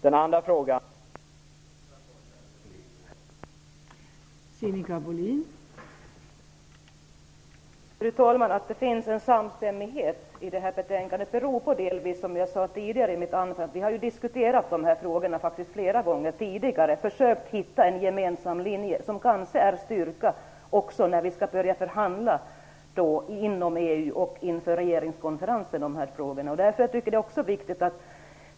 Den andra frågan får jag återkomma till i min nästa replik.